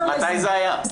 מתי זה היה?